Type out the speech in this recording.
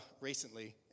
recently